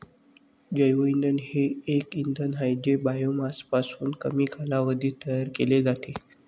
जैवइंधन हे एक इंधन आहे जे बायोमासपासून कमी कालावधीत तयार केले जाते